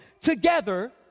together